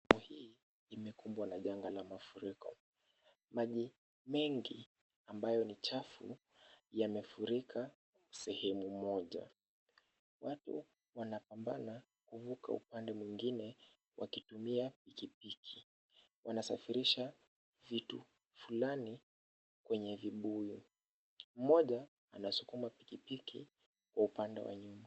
Sehemu hii imekumbwa na janga la mafuriko. Maji mengi ambayo ni chafu yamefurika sehemu moja. Watu wanapambana kuvuka upande mwingine wakitumia pikipiki. Wanasafirisha vitu fulani kwenye vibuyu. Mmoja anasukuma pikipiki kwa upande wa nyuma.